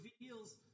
reveals